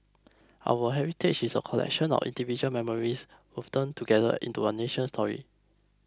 our heritage is a collection of individual memories together into a nation's story